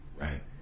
Right